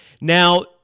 Now